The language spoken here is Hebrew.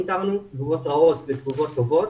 תגובות רעות ותגובות טובות.